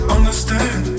Understand